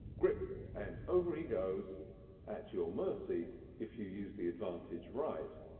grip and over he goes at your mercy if you use the advantage right.